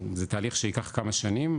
זה תהליך שייקח כמה שנים,